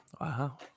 Wow